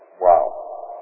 Wow